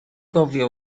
gofio